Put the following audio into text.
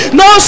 no